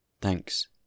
Thanks